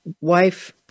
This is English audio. wife